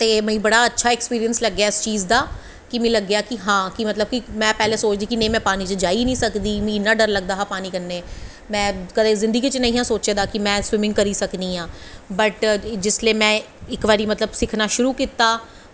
ते मिगी बड़ा अच्छा ऐक्सपिरिंय लग्गेआ इस चीज़ दा कि मीं लग्गेआ कि हां में पैह्लैं सोचदी ही कि में पानी च जाई गै नी सकदी मिगी इन्ना डत लगदा हा पानी कन्नैं में कदैं जिन्दगी च नेंई ही सोचदे कि में कदैं स्विमिंग करी सकनी आं बट जिसले में इक बारी मतलव में सिक्खनां शुरु कीता